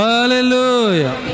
Hallelujah